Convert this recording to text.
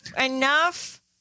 Enough